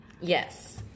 Yes